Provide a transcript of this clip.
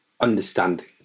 understanding